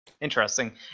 interesting